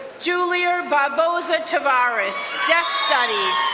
julia barboza tavarus, def studies.